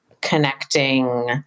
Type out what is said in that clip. connecting